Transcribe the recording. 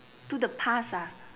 to the past ah